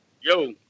Yo